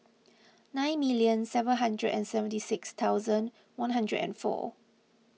nine million seven hundred and seventy six thousand one hundred and four